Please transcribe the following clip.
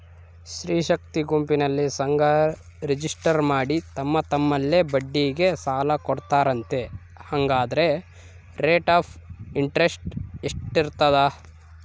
ಸ್ತ್ರೇ ಶಕ್ತಿ ಗುಂಪಿನಲ್ಲಿ ಸಂಘ ರಿಜಿಸ್ಟರ್ ಮಾಡಿ ತಮ್ಮ ತಮ್ಮಲ್ಲೇ ಬಡ್ಡಿಗೆ ಸಾಲ ಕೊಡ್ತಾರಂತೆ, ಹಂಗಾದರೆ ರೇಟ್ ಆಫ್ ಇಂಟರೆಸ್ಟ್ ಎಷ್ಟಿರ್ತದ?